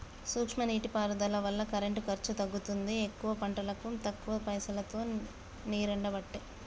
సూక్ష్మ నీటి పారుదల వల్ల కరెంటు ఖర్చు తగ్గుతుంది ఎక్కువ పంటలకు తక్కువ పైసలోతో నీరెండబట్టే